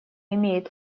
имеет